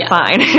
fine